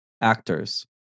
actors